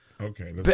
Okay